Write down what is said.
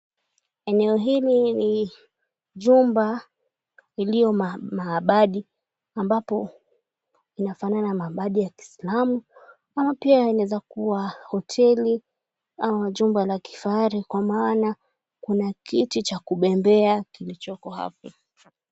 Eneo hili ni jumba iliyo mahabadi ambapo inafanana na mahabadi ya ki𝑖slamu ama pia inaezakua hoteli ama jumba la kifahari kwa maana kuna kiti cha kubembea kilichoko hapo.